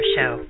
Show